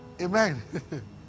amen